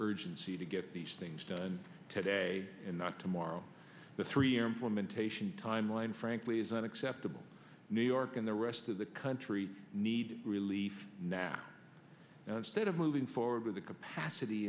urgency to get these things done today and not tomorrow the three year implementation timeline frankly is not acceptable new york and the rest of the country need relief now and instead of moving forward with the capacity